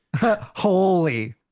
holy